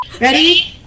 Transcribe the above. Ready